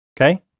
Okay